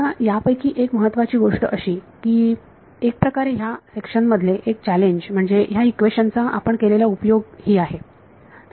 आता त्यापैकी एक महत्त्वाची गोष्ट अशी की एक प्रकारे ह्या सेक्शन मधले एक चॅलेंज म्हणजे ह्या इक्वेशन चा आपण केलेला उपयोग ही आहे